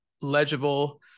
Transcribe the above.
legible